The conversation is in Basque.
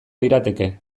lirateke